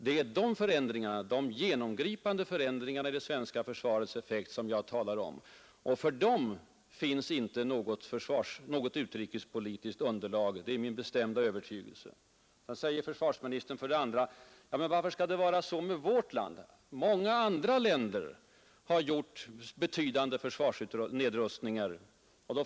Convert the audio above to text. Det är dessa förändringar, de genomgripande reduceringar i det svenska försvarets effekt, som jag talar om. Och härför finns inte något utrikespolitiskt underlag — det är min bestämda övertygelse. Vidare säger försvarsministern: Varför skall det vara så med vårt land, när många andra länder har gjort betydande försvarsnedskärningar?